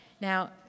Now